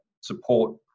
support